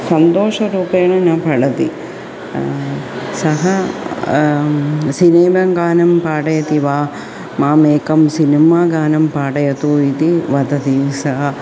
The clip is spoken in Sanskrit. सन्तोषरूपेण न पठति सः सिनेमङ्गानं पाठयति वा मामेकं सिनेमा गानं पाठयतु इति वदति सः